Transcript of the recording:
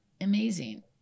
amazing